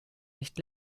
nicht